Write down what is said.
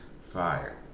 fire